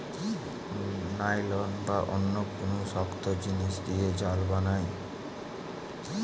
nylon বা অন্য কুনু শক্ত জিনিস দিয়ে জাল বানায়